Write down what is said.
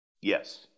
Yes